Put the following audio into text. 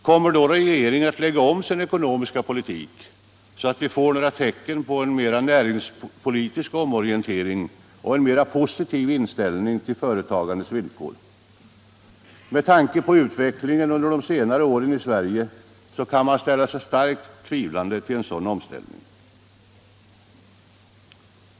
Kommer då regeringen att lägga om sin ekonomiska politik så att vi får några tecken på en näringspolitisk omorientering och en mera positiv inställning till företagandets villkor? Med tanke på utvecklingen under de senare åren i Sverige kan man ställa sig starkt tvivlande till en sådan omställning.